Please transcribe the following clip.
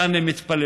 לכאן הם התפללו,